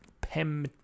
pem